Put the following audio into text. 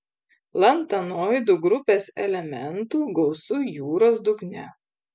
lantanoidų grupės elementų gausu jūros dugne